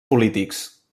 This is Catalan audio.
polítics